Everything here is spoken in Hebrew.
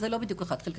זה לא בדיוק 1/12,